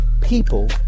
people